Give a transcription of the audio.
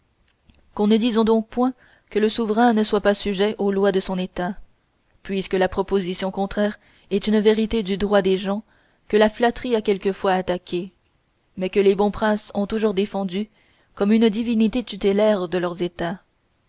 qu'on ne dise donc point que le souverain ne soit pas sujet aux lois de son état puisque la proposition contraire est une vérité du droit des gens que la flatterie a quelquefois attaquée mais que les bons princes ont toujours défendue comme une divinité tutélaire de leurs états